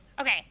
Okay